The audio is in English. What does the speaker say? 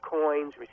coins